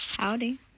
Howdy